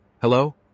Hello